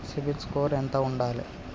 CIBIL score ఎంత ఉండాలే?